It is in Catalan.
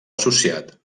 associat